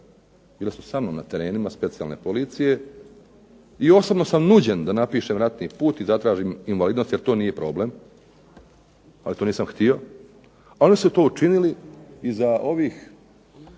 bile sa mnom na terenu specijalne policije i osobno sam nuđen da napišem ratni put i zatražim invalidnost jer to nije problem. Ali nisam to htio. Ali su to učinili i za ovih